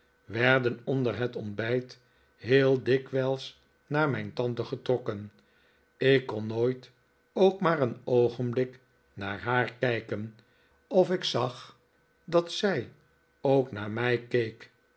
werden onder het ontbijt heel dikwijls naar mijn tante getrokken ik kon nooit ook maar een oogenblik naar haar kijken of ik zag dat zij ook naar mij keek